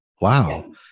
wow